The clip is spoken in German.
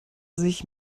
sich